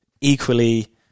equally